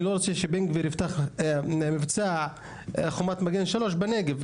אני לא רוצה שבן גביר יפתח מבצע חומת מגן 3 בנגב.